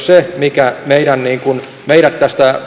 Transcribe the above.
se mikä meidät tästä